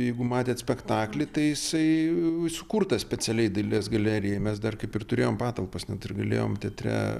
jeigu matėt spektaklį tai jisai sukurtas specialiai dailės galerijai mes dar kaip ir turėjom patalpas net ir galėjom teatre